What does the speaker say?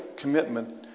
commitment